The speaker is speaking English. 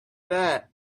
that